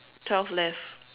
twelve left